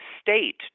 state